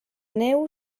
neu